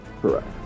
Correct